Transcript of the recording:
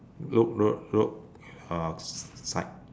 look road look uh side